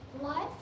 Life